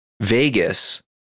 Vegas